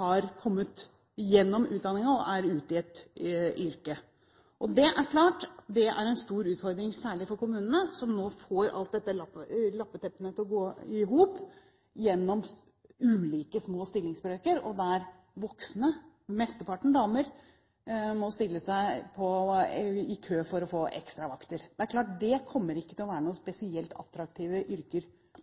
har kommet seg gjennom utdanningen og er ute i et yrke. Det er klart, det er en stor utfordring, særlig for kommunene som nå får et lappeteppe til å gå i hop gjennom ulike små stillingsbrøker, og der voksne – flesteparten damer – må stille seg i kø for å få ekstravakter. Disse yrkene kommer ikke til å være spesielt attraktive for menn, som kan velge mellom mange andre yrker